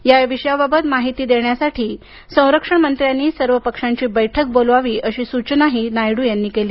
या विषयाबाबत माहिती देण्यासाठी संरक्षण मंत्र्यांनी सर्व पक्षांची बैठक बोलवावी अशी सूचना नायडू यांनी केली